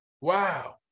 wow